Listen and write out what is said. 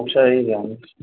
अफिसा एरियायावनो